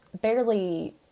barely